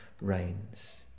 reigns